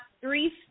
three